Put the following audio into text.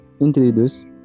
introduce